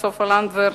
סופה לנדבר,